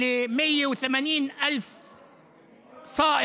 אשר נהנו ממנה 180,000 נהגים,